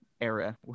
era